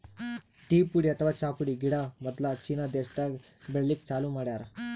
tea ಪುಡಿ ಅಥವಾ ಚಾ ಪುಡಿ ಗಿಡ ಮೊದ್ಲ ಚೀನಾ ದೇಶಾದಾಗ್ ಬೆಳಿಲಿಕ್ಕ್ ಚಾಲೂ ಮಾಡ್ಯಾರ್